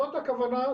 זאת הכוונה,